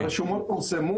הרשומות פורסו,